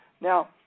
Now